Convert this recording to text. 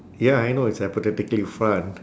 ya I know it's hypothetically fun